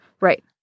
Right